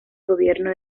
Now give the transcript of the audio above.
gobierno